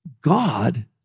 God